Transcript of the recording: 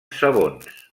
sabons